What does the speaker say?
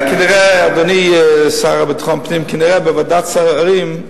דרשתי את זה בוועדת השרים.